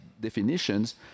definitions